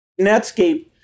Netscape